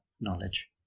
knowledge